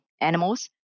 animals